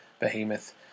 Behemoth